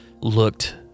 looked